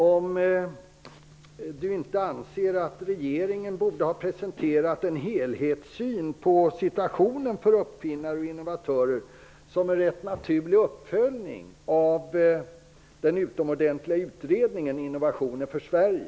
Anser inte Kjell Ericsson att regeringen borde ha presenterat en helhetssyn på situationen för uppfinnare och innovatörer, som en naturlig uppföljning av den utomordentliga utredningen Innovationer för Sverige?